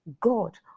God